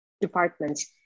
departments